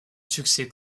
succès